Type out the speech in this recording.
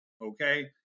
okay